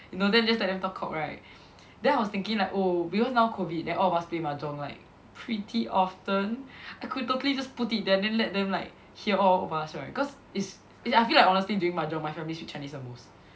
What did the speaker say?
you know then just like them talk cock right then I was thinking like oh because now COVID then all of us play mahjong like pretty often I could totally just put it there then let them like hear all of us right cause is I feel like honestly during mahjong my family speak Chinese the most